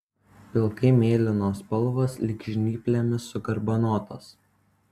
pilkai mėlynos spalvos lyg žnyplėmis sugarbanotas